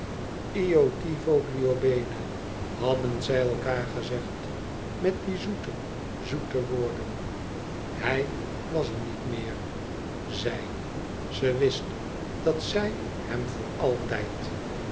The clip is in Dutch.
ti voglio bene hadden zij elkaar gezegd met die zoete zoete woorden hij was er niet meer zij ze wist dat zij hem voor altijd